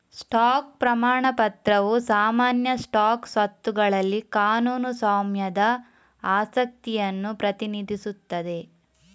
stock ಪ್ರಮಾಣ ಪತ್ರವು ಸಾಮಾನ್ಯ ಸ್ಟಾಕ್ ಸ್ವತ್ತುಗಳಲ್ಲಿ ಕಾನೂನು ಸ್ವಾಮ್ಯದ ಆಸಕ್ತಿಯನ್ನು ಪ್ರತಿನಿಧಿಸುತ್ತದೆ